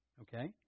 Okay